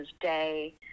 day